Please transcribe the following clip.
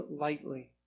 lightly